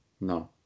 No